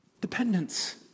Dependence